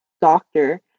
Doctor